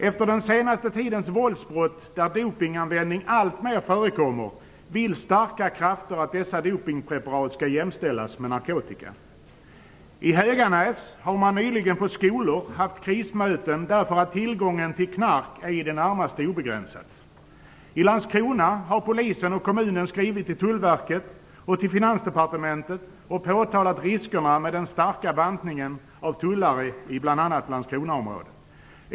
Efter den senaste tidens våldsbrott där dopningsanvändning alltmer förekommer vill starka krafter att dessa dopningspreparat skall jämställas med narkotika. I Höganäs har man nyligen på skolorna haft krismöten därför att tillgången på knark i det närmaste är obegränsad. I Landskorna har Polisen och kommunen skrivit till Tullverket och till Finansdepartementet och påtalat riskerna med den stora nedbantningen av antalet tulltjänstemän i bl.a. Landskronaområdet.